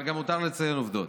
אבל גם מותר לציין עובדות.